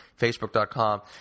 facebook.com